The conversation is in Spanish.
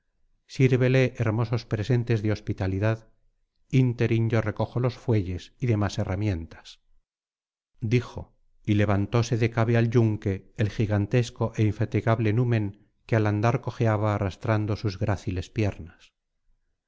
sírvele hermosos presentes de hospitalidad ínterin yo recojo los fuelles y demás herramientas dijo y levantóse de cabe al yunque el gigantesco é infatigable numen que al andar cojeaba arrastrando sus gráciles piernas